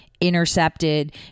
intercepted